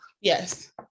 yes